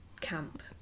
camp